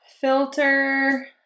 Filter